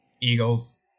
Eagles